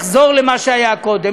לחזור למה שהיה קודם.